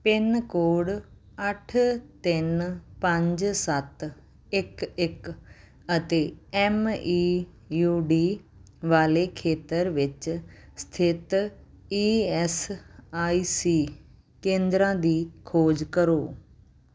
pin code ਅੱਠ ਤਿੰਨ ਪੰਜ ਸੱਤ ਇੱਕ ਇੱਕ ਅਤੇ ਐੱਮ ਈ ਯੂ ਡੀ ਵਾਲੇ ਖੇਤਰ ਵਿੱਚ ਸਥਿਤ ਈ ਐੱਸ ਆਈ ਸੀ ਕੇਂਦਰਾਂ ਦੀ ਖੋਜ ਕਰੋ